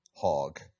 Hog